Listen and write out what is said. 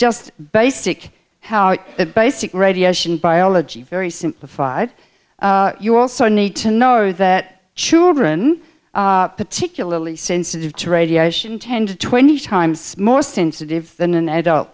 just basic how our basic radiation biology very simplified you also need to know that children particularly sensitive to radiation ten to twenty times more sensitive than an adult